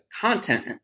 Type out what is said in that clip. content